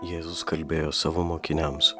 jėzus kalbėjo savo mokiniams